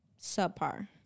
subpar